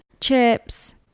chips